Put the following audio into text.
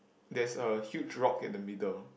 there's a huge rock in the middle